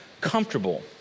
comfortable